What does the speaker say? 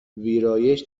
ویرایش